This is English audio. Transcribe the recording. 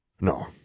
No